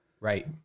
Right